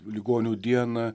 ligonių dieną